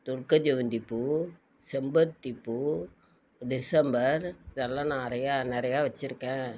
துலுக்க சிவந்திப்பூ செம்பருத்திப்பூ டிசம்பர் இதெல்லாம் நிறையா நிறையா வச்சிருக்கேன்